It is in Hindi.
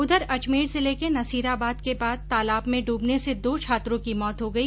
उधर अजमेर जिले के नसीराबाद के बाद तालाब में डूबने से दो छात्रों की मौत हो गई